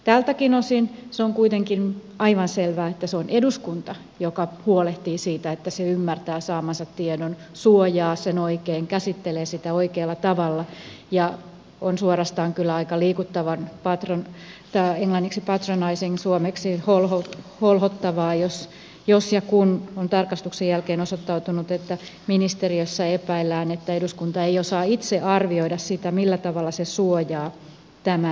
tältäkin osin on kuitenkin aivan selvää että se on eduskunta joka huolehtii siitä että se ymmärtää saamansa tiedon suojaa sen oikein käsittelee sitä oikealla tavalla ja on suorastaan kyllä aika liikuttavan holhoavaa englanniksi patronizing jos ja kun on tarkastuksen jälkeen osoittautunut että ministeriössä epäillään että eduskunta ei osaa itse arvioida sitä millä tavalla se suojaa tämän tiedon